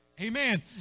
Amen